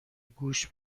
گوش